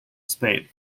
spain